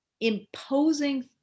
imposing